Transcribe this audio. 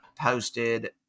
posted